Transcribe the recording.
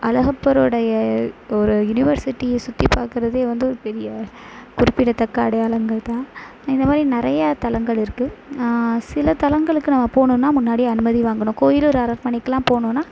அழகப்பரோடைய ஒரு யூனிவர்சிட்டியை சுற்றி பார்க்குறதே வந்து ஒரு பெரிய குறிப்பிட தக்க அடையாளங்கள் தான் இதமாதிரி நிறையா தலங்கள் இருக்கு சில தலங்களுக்கு நாம போணுன்னா முன்னாடியே அனுமதி வாங்கணும் கோயிலூர் அரண்மனைக்கலாம் போணுன்னா